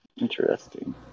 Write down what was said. Interesting